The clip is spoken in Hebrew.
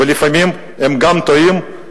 ולפעמים הם גם טועים,